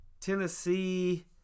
Tennessee